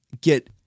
get